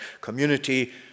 community